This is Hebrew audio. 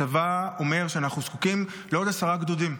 הצבא אומר שאנחנו זקוקים לעוד עשרה גדודים.